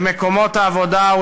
אל מקומות העבודה,